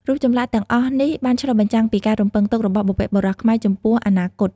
រូបចម្លាក់ទាំងអស់នេះបានឆ្លុះបញ្ចាំងពីការរំពឹងទុករបស់បុព្វបុរសខ្មែរចំពោះអនាគត។